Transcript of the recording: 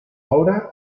hora